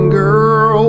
girl